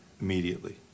immediately